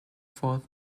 fourth